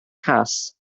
cass